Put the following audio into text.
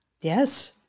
yes